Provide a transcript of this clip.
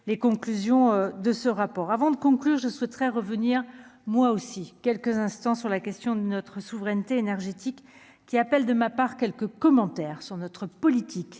les conclusions de ce rapport avant de conclure : je souhaiterais revenir moi aussi quelques instants sur la question de notre souveraineté énergétique qui appellent de ma part quelques commentaires sur notre politique